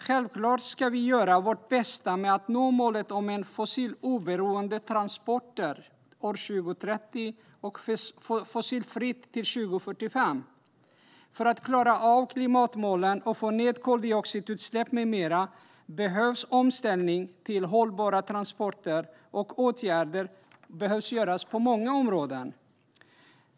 Självklart ska vi göra vårt bästa med att nå målet om fossiloberoende transporter år 2030 och fossilfritt till år 2045. För att klara av klimatmålen och få ned koldioxidutsläpp med mera behövs omställning till hållbara transporter, och åtgärder behöver vidtas på många områden.